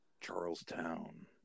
Charlestown